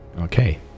Okay